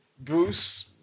Bruce